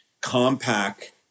compact